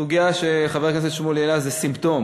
הסוגיה שחבר הכנסת שמולי העלה היא סימפטום,